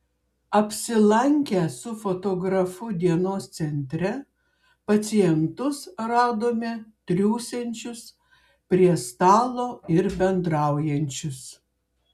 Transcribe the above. apsilankę su fotografu dienos centre pacientus radome triūsiančius prie stalo ir bendraujančius